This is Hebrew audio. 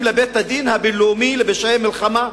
לבית-הדין הבין-לאומי לפשעי מלחמה.